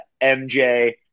mj